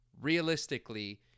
Realistically